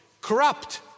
Corrupt